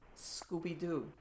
Scooby-Doo